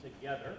together